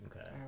Okay